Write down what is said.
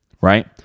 right